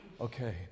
Okay